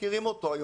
אנחנו